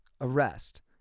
arrest